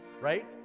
Right